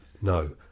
No